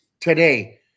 today